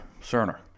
Cerner